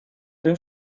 tym